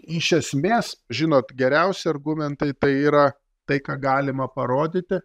iš esmės žinot geriausi argumentai tai yra tai ką galima parodyti